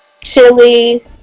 chili